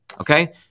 okay